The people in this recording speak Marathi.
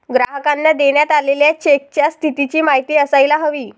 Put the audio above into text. ग्राहकांना देण्यात आलेल्या चेकच्या स्थितीची माहिती असायला हवी